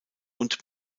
und